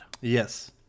Yes